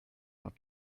not